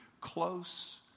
close